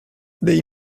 they